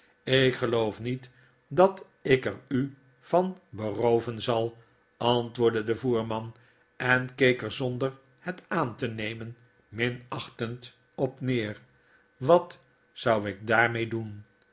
ik geloof met dat ik er u van berooven zal antwoordde de voerman en keek er zonder het aan te nemen minachtend op neer wat zou ik daarmee doen